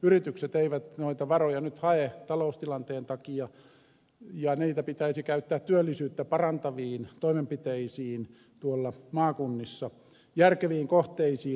yritykset eivät nyt noita varoja hae taloustilanteen takia ja niitä pitäisi käyttää työllisyyttä parantaviin toimenpiteisiin tuolla maakunnissa järkeviin kohteisiin